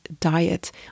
diet